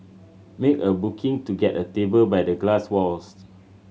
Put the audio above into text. make a booking to get a table by the glass walls